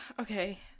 Okay